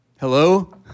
Hello